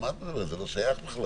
על מה את מדברת, זה לא שייך בכלל.